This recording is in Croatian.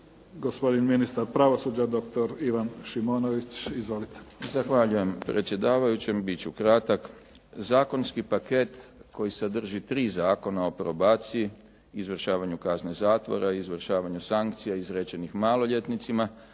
gospodin ministar pravosuđa doktor Ivan Šimonović. Izvolite. **Šimonović, Ivan** Zahvaljujem predsjedavajući. Bit ću kratak. Zakonski paket koji sadrži tri zakona: o probaciji, izvršavanju kazne zatvora i izvršavanju sankcija izrečenih maloljetnicima